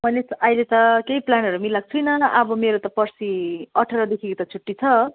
मैले त अहिले त केही प्लानहरू मिलाएको छुइनँ अब मेरो त पर्सी अठारदेखिको त छुट्टी छ